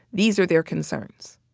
these are their concerns